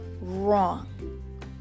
wrong